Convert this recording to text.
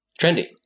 trendy